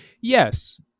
yes